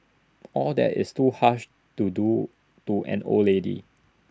all that is too harsh to do to an old lady